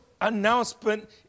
announcement